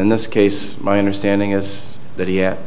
in this case my understanding is that he had